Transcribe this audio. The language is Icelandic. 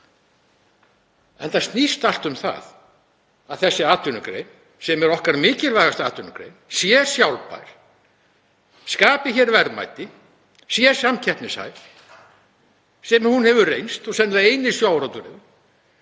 Þetta snýst allt um það að þessi atvinnugrein, sem er okkar mikilvægasta atvinnugrein, sé sjálfbær, skapi verðmæti, sé samkeppnishæf sem hún hefur reynst, og sennilega eini staðurinn